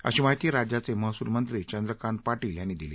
अशी माहिती राज्याचे महसूल मंत्री चंद्रकांत पाटील यांनी दिली